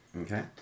Okay